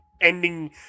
ending